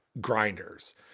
grinders